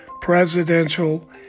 presidential